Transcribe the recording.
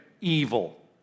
Evil